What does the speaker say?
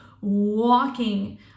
walking